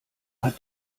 hat